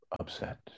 upset